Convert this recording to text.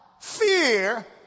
fear